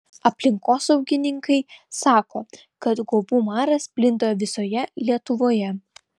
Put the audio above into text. aplinkosaugininkai sako kad guobų maras plinta visoje lietuvoje